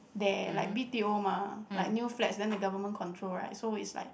there like B_T_O mah like new flats then the government control right so it's like